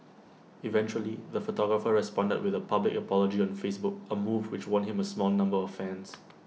eventually the photographer responded with A public apology on Facebook A move which won him A small number of fans